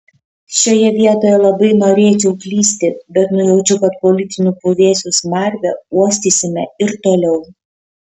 šioje vietoje labai norėčiau klysti bet nujaučiu kad politinių puvėsių smarvę uostysime ir toliau